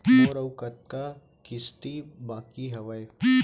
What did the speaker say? मोर अऊ कतका किसती बाकी हवय?